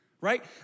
right